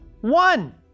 One